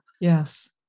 Yes